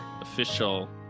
official